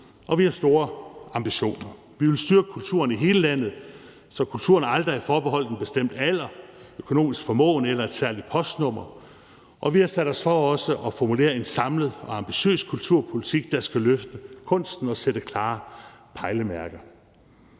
og vi har store ambitioner. Vi vil styrke kulturen i hele landet, så kulturen aldrig er forbeholdt en bestemt alder, økonomisk formåen eller et særligt postnummer, og vi har også sat os for at formulere en samlet og ambitiøs kulturpolitik, der skal løfte kunsten og sætte klare pejlemærker.